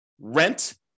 rent